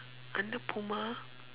under Puma